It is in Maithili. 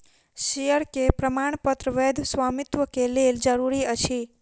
शेयर के प्रमाणपत्र वैध स्वामित्व के लेल जरूरी अछि